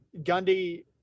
Gundy